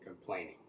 complaining